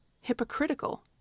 hypocritical